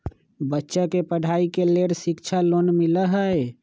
बच्चा के पढ़ाई के लेर शिक्षा लोन मिलहई?